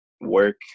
work